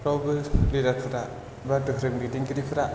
फ्रावबो बेराखुथा बा दोरोम दैदेनगिरिफ्रा